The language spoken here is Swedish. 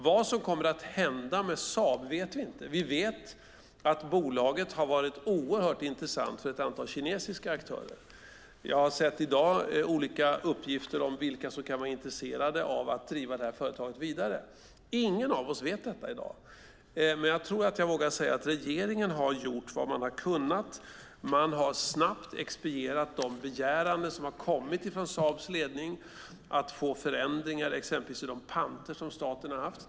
Vad som kommer att hända med Saab vet vi inte. Vi vet att bolaget har varit oerhört intressant för ett antal kinesiska aktörer. Jag har i dag sett olika uppgifter om vilka som kan vara intresserade av att driva det här företaget vidare. Ingen av oss vet detta i dag, men jag tror att jag vågar säga att regeringen har gjort vad man har kunnat. Man har snabbt expedierat när det har kommit begäran från Saabs ledning om att exempelvis få förändringar i de panter som staten har haft.